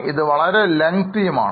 ഇത് ദൈർഘ്യമേറിയ ഭാഗവുമാണ്